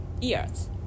years